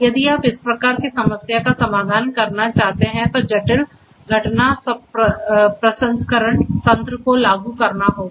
यदि आप इस प्रकार की समस्या का समाधान करना चाहते हैं तो जटिल घटना प्रसंस्करण तंत्र को लागू करना होगा